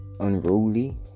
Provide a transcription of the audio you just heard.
unruly